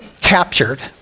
captured